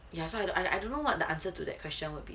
ya so I don't I don't know what the answer to that question would be